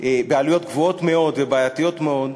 מתפקדת, בעלויות גבוהות מאוד ובעייתיות מאוד,